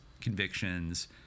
convictions